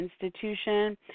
institution